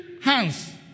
hands